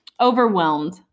overwhelmed